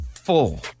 Full